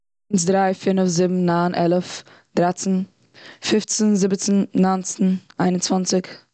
פינעף, זיבן, ניין, עלעף, דרייצן, פיפצן, זיבעצן, ניינצן, איין און צוואנציג.